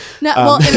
no